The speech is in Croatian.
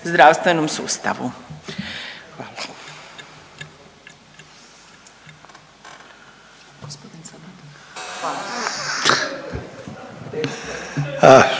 zdravstvenom sustavu.